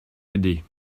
aider